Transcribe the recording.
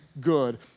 good